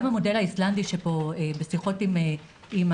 גם המודל האיסלנדי שפה בשיחות עם הממשלה